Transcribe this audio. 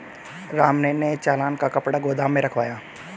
राम ने नए चालान का कपड़ा गोदाम में रखवाया